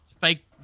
fake